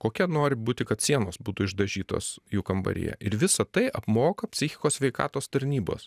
kokia nori būti kad sienos būtų išdažytos jų kambaryje ir visa tai apmoka psichikos sveikatos tarnybos